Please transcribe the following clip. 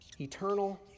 Eternal